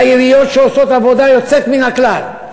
העיריות שעושות עבודה יוצאת מן הכלל.